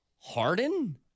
Harden